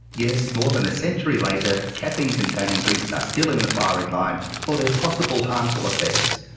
yes, more than a century later caffeine containing drinks are still in the firing line for their possible harmful effects,